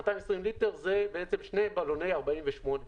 שזה שני בלוני 48,